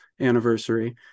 anniversary